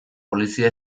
polizia